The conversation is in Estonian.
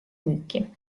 müüki